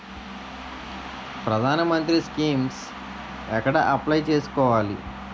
ప్రధాన మంత్రి స్కీమ్స్ ఎక్కడ అప్లయ్ చేసుకోవాలి?